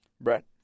Brett